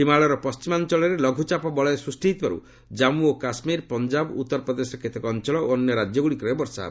ହିମାଳୟର ପଶ୍ଚିମାଞ୍ଚଳରେ ଲଘ୍ରଚାପ ବଳୟ ସୃଷ୍ଟି ହୋଇଥିବାରୁ ଜାନ୍ଧ ଓ କାଶ୍ରୀର ପଞ୍ଜାବ ଉତ୍ତରପ୍ରଦେଶର କେତେକ ଅଞ୍ଚଳ ଓ ଅନ୍ୟ ରାଜ୍ୟଗ୍ରଡ଼ିକରେ ବର୍ଷା ହେବ